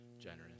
generous